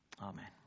Amen